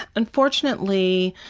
unfortunately,